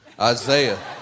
Isaiah